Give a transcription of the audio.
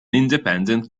independent